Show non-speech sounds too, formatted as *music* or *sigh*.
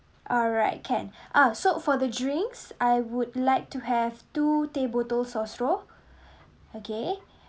alright can *breath* ah so for the drinks I would like to have two teh bottles of straw *breath* okay